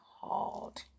hard